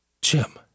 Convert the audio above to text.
Jim